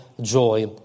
joy